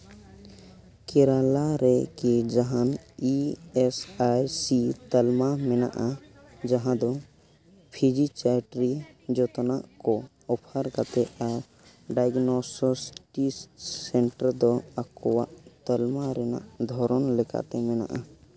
ᱠᱮᱨᱟᱞᱟ ᱨᱮ ᱠᱤ ᱡᱟᱦᱟᱱ ᱤ ᱮᱥ ᱟᱭ ᱥᱤ ᱛᱟᱞᱢᱟ ᱢᱮᱱᱟᱜᱼᱟ ᱡᱟᱦᱟᱸ ᱫᱚ ᱯᱷᱤᱡᱤᱪᱟᱴᱨᱤ ᱡᱚᱛᱚᱱᱟᱜ ᱠᱚ ᱚᱯᱷᱟᱨ ᱠᱟᱛᱮ ᱟᱨ ᱰᱟᱭᱜᱚᱱᱚᱥᱴᱤᱠ ᱥᱮᱱᱴᱟᱨ ᱫᱚ ᱟᱠᱚᱣᱟᱜ ᱛᱟᱞᱢᱟ ᱨᱮᱱᱟᱜ ᱫᱷᱚᱨᱚᱱ ᱞᱮᱠᱟᱛᱮ ᱢᱮᱱᱟᱜᱼᱟ